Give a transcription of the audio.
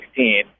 2016